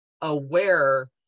aware